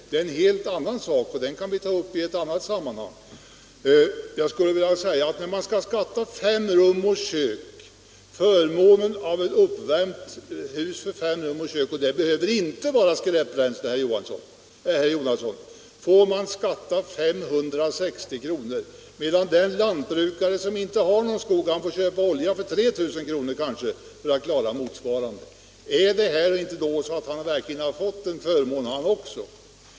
Det är en helt annan sak, och den får vi ta upp i ett annat sammanhang. För förmånen av fritt bränsle — och det behöver inte vara skräpbränsle, herr Jonasson — för uppvärmning av fem rum och kök får man skatta 560 kr. Den lantbrukare som inte har någon skog får köpa olja för kanske 3 000 kr. för att värma upp ett hus av motsvarande storlek. Har då inte den lantbrukare som har fritt bränsle ändå fått en förmån?